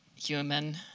human,